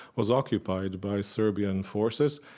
was occupied by serbian forces,